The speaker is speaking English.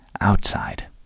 outside